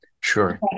Sure